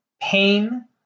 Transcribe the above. pain